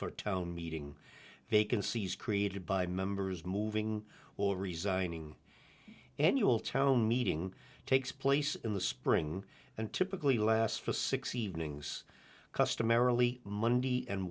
for town meeting vacancies created by members moving or resigning annual town meeting takes place in the spring and typically last for six evenings customarily monday and